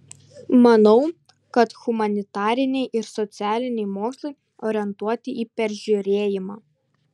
manau kad humanitariniai ir socialiniai mokslai orientuoti į peržiūrėjimą